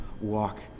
walk